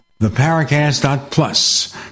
theparacast.plus